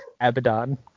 abaddon